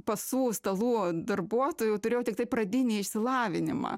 pasų stalų darbuotojų turėjau tiktai pradinį išsilavinimą